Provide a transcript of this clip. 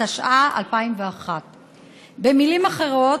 התשס"א 2001. במילים אחרות,